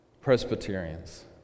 Presbyterians